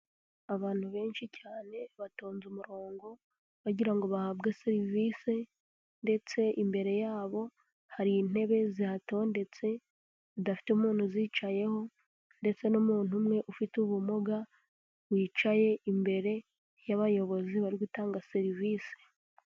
Abantu benshi cyane batonze umurongo bagira ngo bahabwe serivisi, ndetse imbere yabo hari intebe zihatondetse zidafite umuntu uzicayeho, ndetse n'umuntu umwe ufite ubumuga wicaye imbere y'Abayobozi bari gutanga serivisi.